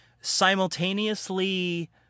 simultaneously –